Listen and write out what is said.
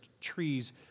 trees